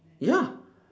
ya